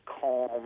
calm